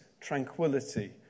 tranquility